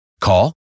Call